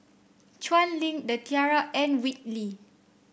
Chuan Link The Tiara and Whitley